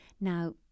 Now